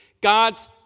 God's